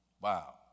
Wow